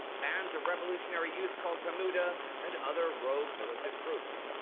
bands of revolutionary youth called pemuda, and other rogue militant groups.